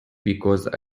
because